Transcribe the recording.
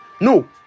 No